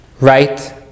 Right